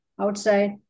outside